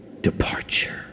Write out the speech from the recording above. departure